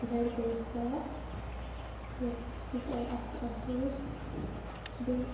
گَرِ کَرٮ۪س تاپھ سُہ تہِ آیہِ اَکھ آسٲیِش بیٚیہِ